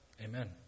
Amen